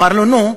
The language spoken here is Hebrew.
אמר לו: נו,